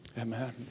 Amen